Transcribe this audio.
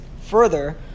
further